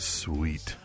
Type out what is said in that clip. sweet